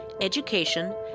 education